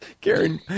Karen